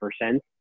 percent